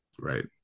Right